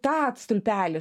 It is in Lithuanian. tą stulpelį